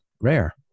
rare